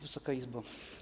Wysoka Izbo!